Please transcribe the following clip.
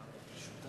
זו הפעם הראשונה